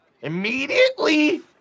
Immediately